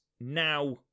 now